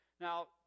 Now